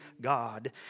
God